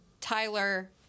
Tyler